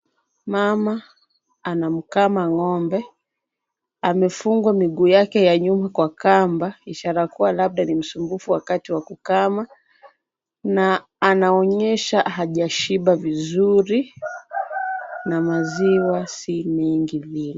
Mama anamkama ng'ombe. Amefungwa miguu yake ya nyuma kwa kamba ishara kuwa labda ni msumbufu wakati wa kukama na anaonyesha hajashiba vizuri na maziwa si mingi vile.